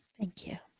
thank you.